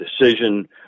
decision